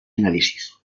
análisis